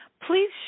Please